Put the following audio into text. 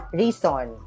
reason